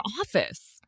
office